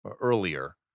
earlier